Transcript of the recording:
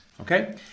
Okay